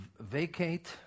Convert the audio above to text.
vacate